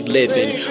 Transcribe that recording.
living